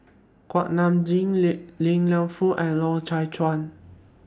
Kuak Nam Jin Li Lienfung and Loy Chye Chuan